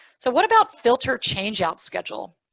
so but about filter change out schedule?